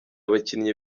abakinnyi